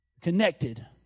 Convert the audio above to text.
connected